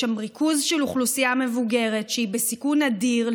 יש שם ריכוז של אוכלוסייה מבוגרת שהיא בסיכון אדיר,